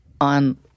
on